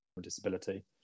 disability